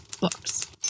books